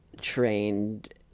trained